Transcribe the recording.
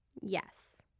Yes